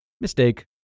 Mistake